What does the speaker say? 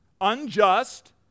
unjust